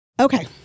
Okay